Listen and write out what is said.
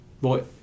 boy